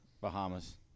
Bahamas